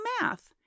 math